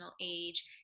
age